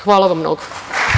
Hvala vam mnogo.